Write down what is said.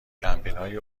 کمپینهای